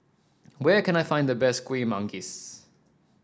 where can I find the best Kueh Manggis